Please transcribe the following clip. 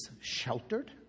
sheltered